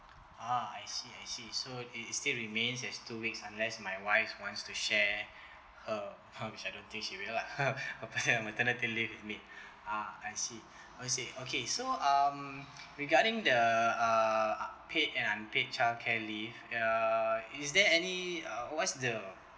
ah I see I see so it is still remains as two weeks unless my wife wants to share her which I don't think she will lah maternity leave with me ah I see okay so um regarding the uh ah paid and unpaid childcare leave uh is there any uh what's the